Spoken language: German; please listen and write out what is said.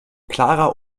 klarer